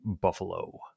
Buffalo